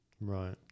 right